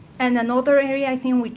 and another area, i think,